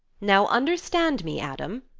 now understand me, adam,